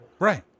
Right